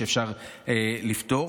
שאפשר לפתור.